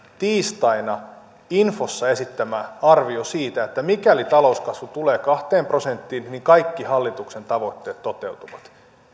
tiistaina infossa esittämä arvio siitä että mikäli talouskasvu tulee kahteen prosenttiin niin kaikki hallituksen tavoitteet toteutuvat